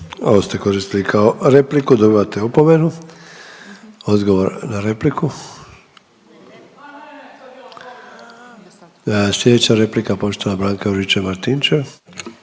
Ovo ste koristili kao repliku, dobivate opomenu. Odgovor na repliku. Slijedeća replika poštovana Branka Juričev Martinčev.